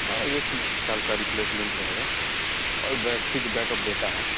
हँ एक साल का रिप्लेसमेंट रहेगा और बैट्टी का बैकअप देता है